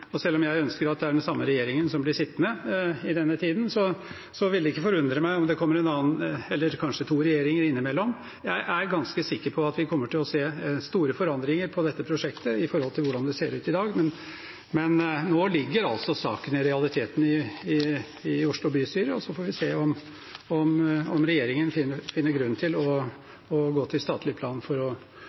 Og selv om jeg ønsker at det er den samme regjeringen som blir sittende i denne tiden, ville det ikke forundre meg om det kommer en annen regjering – eller kanskje to – innimellom. Jeg er ganske sikker på at vi kommer til å se store forandringer på dette prosjektet i forhold til hvordan det ser ut i dag, men nå ligger altså saken i realiteten i Oslo bystyre, og så får vi se om regjeringen finner grunn til å gå til statlig plan for å